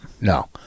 No